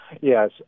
Yes